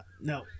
no